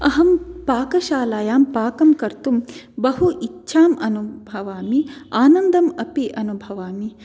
अहं पाकशालायां पाकं कर्तुं बहु इच्छाम् अनुभवामि आनन्दम् अपि अनुभवामि